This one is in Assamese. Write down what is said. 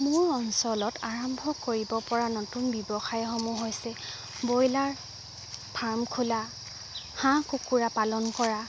মোৰ অঞ্চলত আৰম্ভ কৰিব পৰা নতুন ব্যৱসায়সমূহ হৈছে ব্ৰইলাৰ ফাৰ্ম খোলা হাঁহ কুকুৰা পালন কৰা